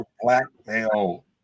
blackmail